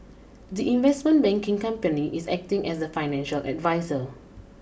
the investment banking company is acting as the financial adviser